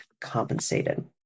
compensated